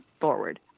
forward